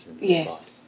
Yes